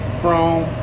chrome